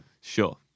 Sure